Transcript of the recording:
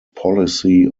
policy